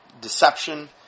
deception